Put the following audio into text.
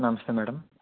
నమస్తే మేడం